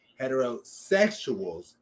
heterosexuals